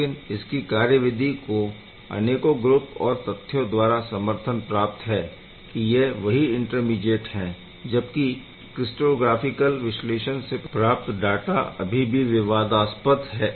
लेकिन इसकी कार्यविधि को अनेकों ग्रुप और तथ्यों द्वारा समर्थन प्राप्त है कि यह वही इंटरमीडीएट्स हैं जबकि क्रिस्टैलोग्राफिकल विश्लेषण से प्राप्त डाटा अभी भी विवादास्पद हैं